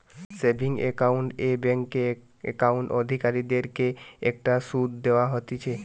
savings account এ bank account অধিকারীদের কে একটা শুধ দেওয়া হতিছে